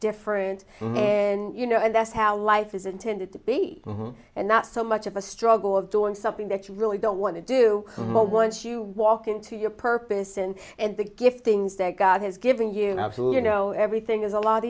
different you know and that's how life is intended to be and not so much of a struggle of doing something that you really don't want to do but once you walk into your purpose in and the gift things that god has given you an absolute you know everything is a lot